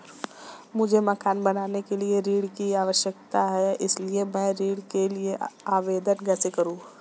मुझे मकान बनाने के लिए ऋण की आवश्यकता है इसलिए मैं ऋण के लिए आवेदन कैसे करूं?